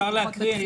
אפשר להקריא?